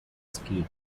scheme